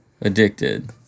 Addicted